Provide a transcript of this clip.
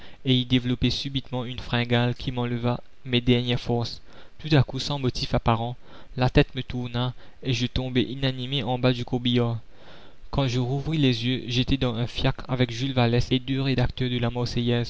et y développait subitement une fringale qui m'enleva mes dernières forces tout à coup sans motif apparent la tête me tourna et je tombai inanimé en bas du corbillard quand je rouvris les yeux j'étais dans un fiacre avec jules vallès et deux rédacteurs de la